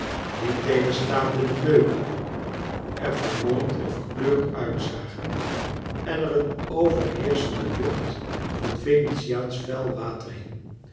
niettegenstaande de meubelen er vermolmd en verkleurd uitzagen en er een overheerschende lucht van venetiaansch vuil water